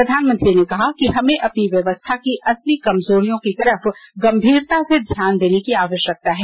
प्रधानमंत्री ने कहा कि हमें अपनी व्यवस्था की असली कमजोरियों की तरफ गम्भीरता से ध्यान देने की आवश्यकता है